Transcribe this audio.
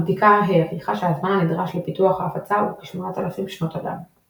הבדיקה העריכה שהזמן הנדרש לפיתוח ההפצה הוא כ־8,000 שנות אדם.